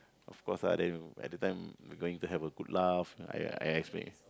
of course lah then you at the time we going to have a good laugh uh I I estimate